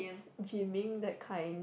~'s gyming that kind